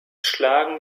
schlagen